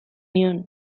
nion